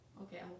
Okay